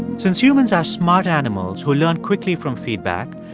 since humans are smart animals who learn quickly from feedback,